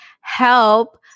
help